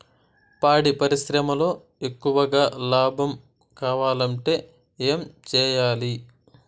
పాడి పరిశ్రమలో ఎక్కువగా లాభం కావాలంటే ఏం చేయాలి?